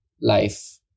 life